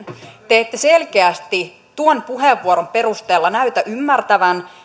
te ette selkeästi tuon puheenvuoron perusteella näytä ymmärtävän